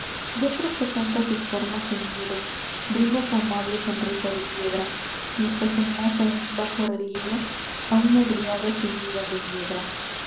dentro presenta sus formas de nieve brinda su amable sonrisa de piedra mientras se enlaza en un bajo relieve a una driada ceñida de hiedra